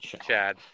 Chad